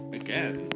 again